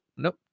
Nope